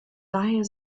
daher